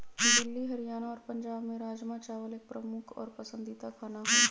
दिल्ली हरियाणा और पंजाब में राजमा चावल एक प्रमुख और पसंदीदा खाना हई